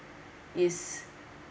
is